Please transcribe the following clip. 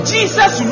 Jesus